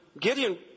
Gideon